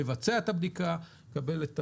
לבצע את בדיקה ולקבל את הדברים.